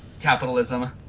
capitalism